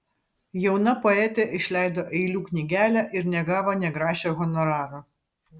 jauna poetė išleido eilių knygelę ir negavo nė grašio honoraro